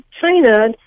China